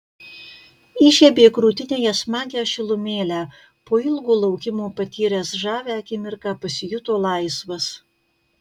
įžiebė krūtinėje smagią šilumėlę po ilgo laukimo patyręs žavią akimirką pasijuto laisvas